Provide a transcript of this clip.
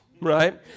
Right